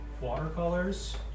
watercolors